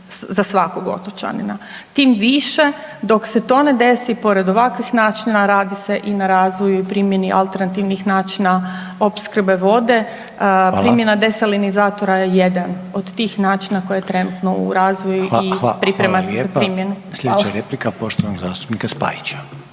za svakog otočanina. Tim više dok se to ne desi pored ovakvih načina radi se i na razvoju i primjeni alternativnih načina opskrbe vode …/Upadica: Hvala./… primjena desalinizatora je jedan od tih načina koji je trenutno u razvoju i …/Upadica: Hvala lijepa./… priprema se za primjenu.